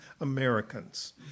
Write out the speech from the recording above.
Americans